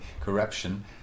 corruption